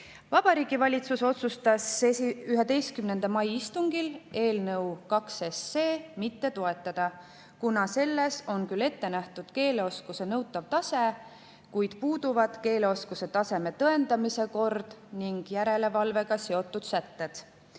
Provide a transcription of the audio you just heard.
on. Vabariigi Valitsus otsustas 11. mai istungil eelnõu 2 mitte toetada, kuna selles on küll ette nähtud keeleoskuse nõutav tase, kuid puuduvad keeleoskuse taseme tõendamise kord ning järelevalvega seotud sätted.